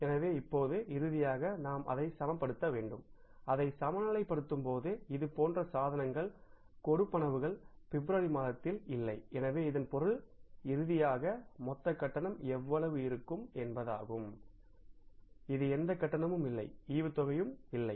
எனவே இப்போது இறுதியாக நாம் அதை சமப்படுத்த வேண்டும் அதை சமநிலைப்படுத்தும் போது இதேபோன்ற சாதனங்கள் செலுத்துதல்கள் பிப்ரவரி மாதத்தில் இல்லை எனவே இதன் பொருள் இறுதியாக மொத்த கட்டணம் எவ்வளவு இருக்கும் என்பதாகவும் இது எந்த கட்டணமும் இல்லை டிவிடெண்ட் யும் இல்லை